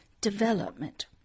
development